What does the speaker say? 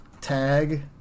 tag